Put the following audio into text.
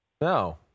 No